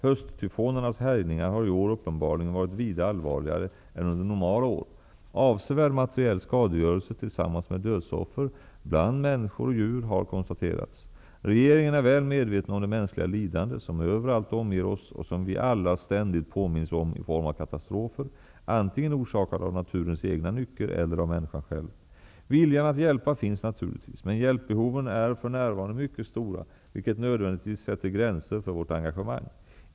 Hösttyfonernas härjningar har i år uppenbarligen varit vida allvarligare än under normala år. Avsevärd materiell skadegörelse tillsammans med dödsoffer bland människor och djur har konstaterats. Regeringen är väl medveten om det mänskliga lidande som överallt omger oss, och som vi alla ständigt påminns om, i form av katastrofer, antingen orsakade av naturens egna nycker eller av människan själv. Viljan att hjälpa finns naturligtvis. Men hjälpbehoven är för närvarande mycket stora, vilket nödvändigtvis sätter gränser för vårt engagemang.